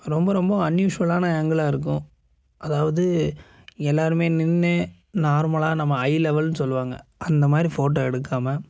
ரொம்ப ரொம்ப அன்யூஸுவலான ஆங்கிலாக இருக்கும் அதாவது எல்லோருமே நின்று நார்மலாக நம்ம ஐ லெவல்ன்னு சொல்லுவாங்க அந்தமாதிரி ஃபோட்டோ எடுக்காமல்